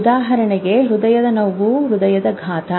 ಉದಾಹರಣೆಗೆ ಹೃದಯ ನೋವು ಹೃದಯಾಘಾತ